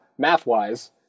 Math-wise